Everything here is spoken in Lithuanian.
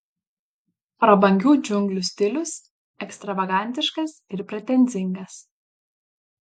prabangių džiunglių stilius ekstravagantiškas ir pretenzingas